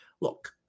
Look